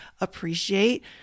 appreciate